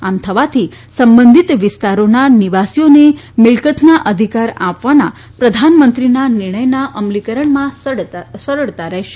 આમ થવાથી સંબંધિત વિસ્તારોના નિવાસીઓને મિલક્તના અધિકાર આપવાના પ્રધાનમંત્રીના નિર્ણયના અમલીકરણમાં સરળતા રહેશે